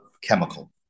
chemical